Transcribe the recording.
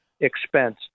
expense